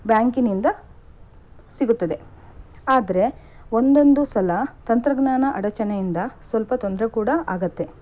ಬ್ಯಾಂಕಿನಿಂದ ಸಿಗುತ್ತದೆ ಆದರೆ ಒಂದೊಂದು ಸಲ ತಂತ್ರಜ್ಞಾನ ಅಡಚಣೆಯಿಂದ ಸ್ವಲ್ಪ ತೊಂದರೆ ಕೂಡ ಆಗುತ್ತೆ